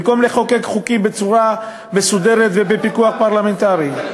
במקום לחוקק חוקים בצורה מסודרת ובפיקוח פרלמנטרי.